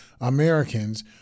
Americans